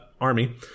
army